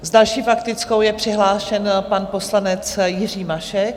S další faktickou je přihlášen pan poslanec Jiří Mašek.